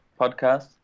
podcast